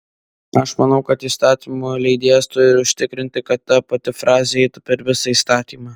aš manau kad įstatymų leidėjas turi užtikrinti kad ta pati frazė eitų per visą įstatymą